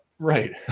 right